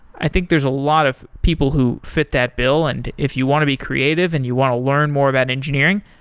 i think there's a lot of people who fit that bill, and if you want to be creative and you want to learn more about engineering,